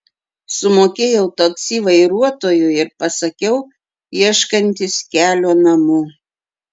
sumokėjau taksi vairuotojui ir pasakiau ieškantis kelio namo